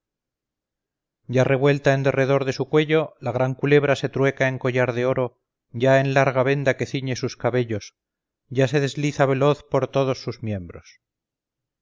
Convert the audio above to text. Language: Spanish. ya revuelta en derredor de su cuello la gran culebra se trueca en collar de oro ya en larga venda que ciñe sus cabellos ya se desliza veloz por todos sus miembros